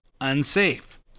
unsafe